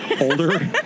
older